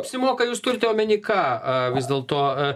apsimoka jūs turite omeny ką vis dėlto